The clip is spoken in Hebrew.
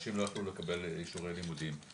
ואנשים לא יכלו לקבל אישורי לימודים.